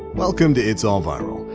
welcome to itsallviral.